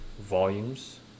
volumes